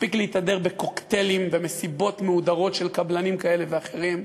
מספיק להתהדר בקוקטיילים ומסיבות מהודרות של קבלנים כאלה ואחרים.